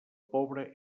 pobre